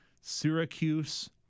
Syracuse